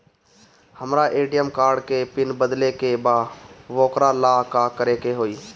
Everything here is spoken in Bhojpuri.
हमरा ए.टी.एम कार्ड के पिन बदले के बा वोकरा ला का करे के होई?